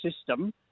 system